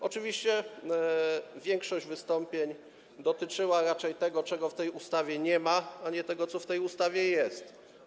Oczywiście większość wystąpień dotyczyła raczej tego, czego w tej ustawie nie ma, a nie tego, co w tej ustawie jest.